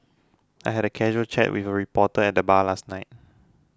I had a casual chat with a reporter at the bar last night